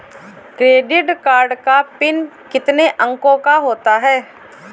Credit card का PIN कितने अंकों का होता है?